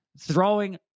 throwing